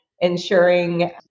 ensuring